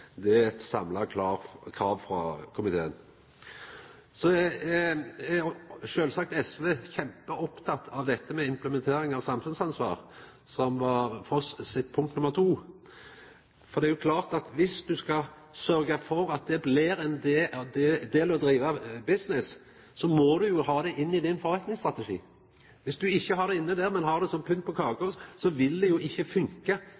Det er eit samla krav frå komiteen. SV er sjølvsagt kjempeoppteke av dette med implementering av samfunnsansvar, som var Foss sitt punkt nr. 2, for det er jo klart at dersom ein skal sørgja for at det blir ein del av det å driva business, må ein jo ha det inn i sin forretningsstrategi. Dersom ein ikkje har det inne der, men har det som pynt på kaka, vil det jo ikkje